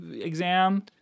exam